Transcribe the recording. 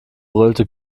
brüllte